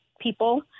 people